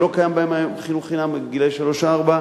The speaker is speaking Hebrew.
שלא קיים בהן היום חינוך חינם לגילאי שלוש-ארבע,